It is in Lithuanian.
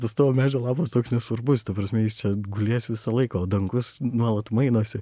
tas tavo medžio lapas toks nesvarbus ta prasme jis čia gulės visą laiką o dangus nuolat mainosi